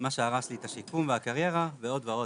מה שהרס לי את השיקום והקריירה ועוד ועוד.